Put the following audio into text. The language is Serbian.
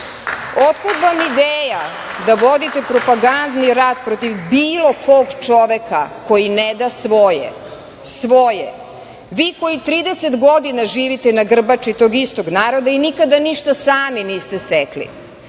vam ideja da vodite propagandni rat protiv bilo kog čoveka koji ne da svoje? Vi, koji 30 godina živite na grbači tog istog naroda, i nikada ništa sami niste stekli.